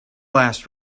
last